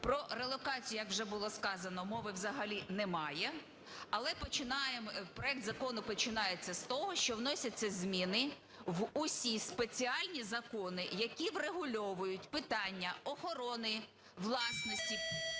Про релокацію, як вже було сказано, мови взагалі немає, але проект закону починається з того, що вносяться зміни в усі спеціальні закони, які врегульовують питання охорони, власності